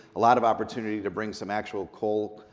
a lot of opportunity to bring some actual cold,